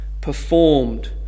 performed